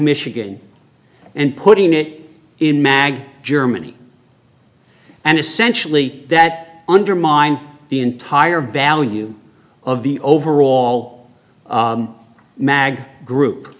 michigan and putting it in mag germany and essentially that undermined the entire value of the overall mag group